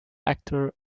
actor